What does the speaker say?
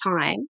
time